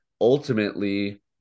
ultimately